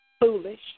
foolish